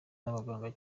n’abaganga